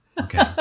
Okay